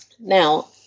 Now